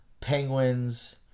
Penguins